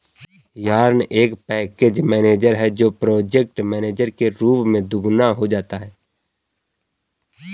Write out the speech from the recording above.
yarn एक package manager है जो प्रोजेक्ट मैनेजर के रूप में दोगुना हो जाता है